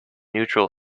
neutral